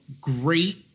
great